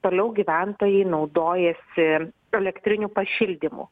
toliau gyventojai naudojasi elektriniu pašildymu